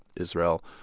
israel.